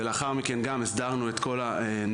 ולאחר מכן גם הסדרנו את כל הנהלים.